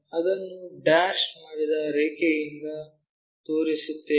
ಅದನ್ನು ಡ್ಯಾಶ್ ಮಾಡಿದ ರೇಖೆಯಿಂದ ತೋರಿಸುತ್ತೇವೆ